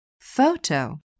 photo